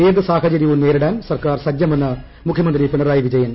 ഏതു സാഹചരൃവും നേരിടാൻ സർക്കാർ സജ്ജമെന്ന് മുഖ്യമന്ത്രി പിണറായി വിജയൻ